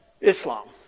Islam